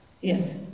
Yes